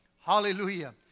Hallelujah